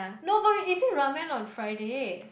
no but we eating ramen on Friday